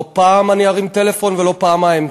לא פעם אני ארים טלפון ולא פעמיים,